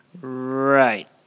Right